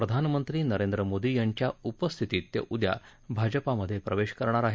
प्रधानमंत्री नरेंद्र मोदी यांच्या उपस्थितीत ते उद्या भाजपामधे प्रवेश करणार आहेत